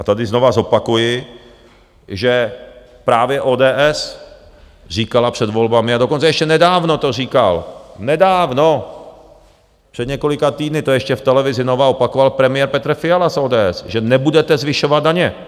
A tady znova zopakuji, že právě ODS říkala před volbami a dokonce nedávno to říkal, nedávno, před několika týdny to ještě v televizi Nova opakoval premiér Petr Fiala z ODS, že nebudete zvyšovat daně.